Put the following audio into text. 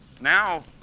now